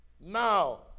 Now